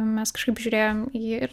mes kažkaip žiūrėjom jį ir